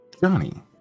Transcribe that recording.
Johnny